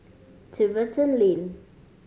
Tiverton Lane